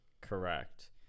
correct